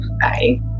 bye